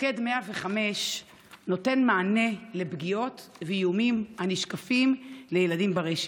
מוקד 105 נותן מענה על פגיעות ואיומים הנשקפים לילדים ברשת.